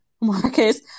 marcus